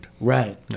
right